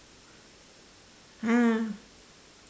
ah